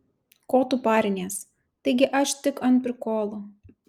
ko tu parinies taigi aš tik ant prikolo